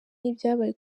n’ibyabaye